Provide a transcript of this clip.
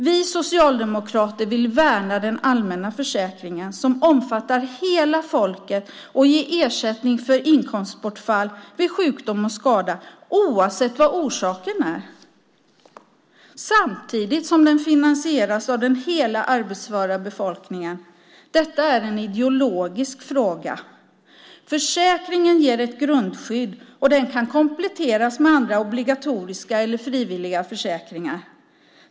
Vi socialdemokrater vill värna den allmänna försäkringen som omfattar hela folket och ger ersättning för inkomstbortfall vid sjukdom och skada oavsett vad orsaken är samtidigt som den finansieras av hela den arbetsföra befolkningen. Detta är en ideologisk fråga. Försäkringen ger ett grundskydd, och den kan kompletteras med andra obligatoriska eller frivilliga försäkringar.